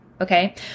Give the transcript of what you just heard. okay